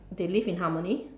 they live in harmony